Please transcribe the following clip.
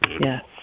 Yes